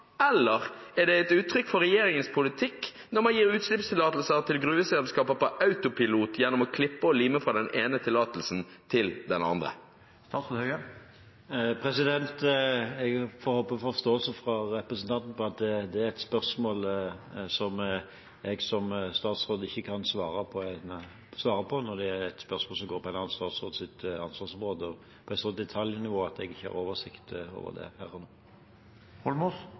eller er det et uttrykk for regjeringens politikk når man gir utslippstillatelser til gruveselskaper på autopilot gjennom å klippe og lime fra den ene tillatelsen til den andre? Jeg får håpe på forståelse fra representanten for at det er et spørsmål som jeg som statsråd ikke kan svare på, når det er et spørsmål som går på en annen statsråds ansvarsområde og på et sånt detaljnivå at jeg ikke har oversikt over det her og nå.